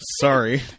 Sorry